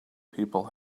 people